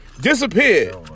disappeared